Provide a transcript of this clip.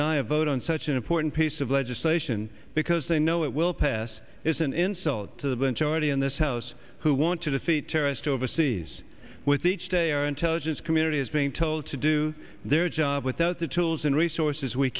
a vote on such an important piece of legislation because they know it will pass is an insult to the bench already in this house who want to see terrorist overseas with each day our intelligence community is being told to do their job without the tools and resources we